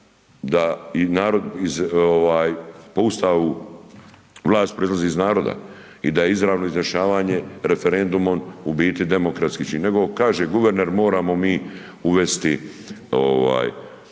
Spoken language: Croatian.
iz, po Ustavu vlast prolazi iz naroda, i da izravno izjašnjavanje referendumom u biti demokratski čin, nego on kaže, guverner, moramo mi uvesti